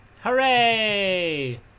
Hooray